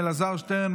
אלעזר שטרן,